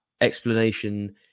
explanation